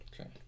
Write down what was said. Okay